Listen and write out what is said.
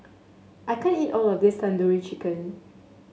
I can't eat all of this Tandoori Chicken